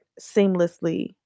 seamlessly